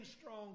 strong